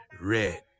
Red